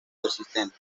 persistente